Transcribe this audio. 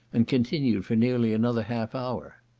and continued for nearly another half hour.